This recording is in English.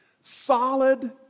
Solid